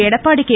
Edappadi K